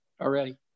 already